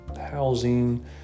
housing